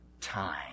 time